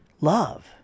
love